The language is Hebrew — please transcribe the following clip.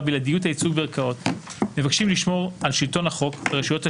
בלעדיות הייצוג בערכאות מבקשים לשמור על שלטון החוק ברשויות השלטון,